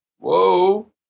Whoa